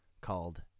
called